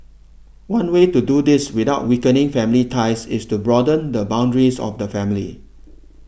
one way to do this without weakening family ties is to broaden the boundaries of the family